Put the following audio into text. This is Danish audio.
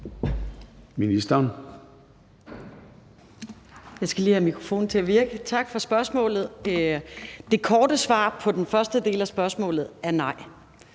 ministeren